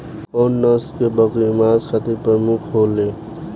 कउन नस्ल के बकरी मांस खातिर प्रमुख होले?